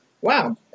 Wow